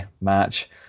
match